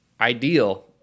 ideal